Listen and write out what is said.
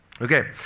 Okay